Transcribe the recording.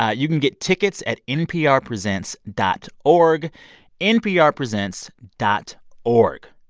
ah you can get tickets at nprpresents dot org nprpresents dot org.